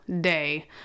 day